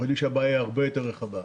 אנחנו יודעים שהבעיה היא הרבה יותר רחבה.